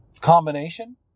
combination